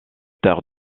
terre